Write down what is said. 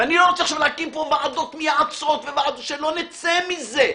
ואני לא רוצה עכשיו להקים פה ועדות מייעצות שלא נצא מזה,